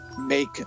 make